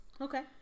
Okay